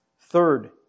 Third